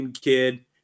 kid